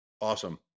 awesome